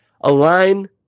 align